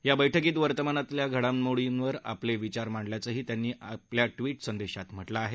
या बर्क्रीत वर्तमानातल्या घडामोडींवर आपले विचार मांडल्याचंही त्यांनी आपल्या ट्विट संदेशात म्हटलं आहे